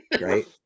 Right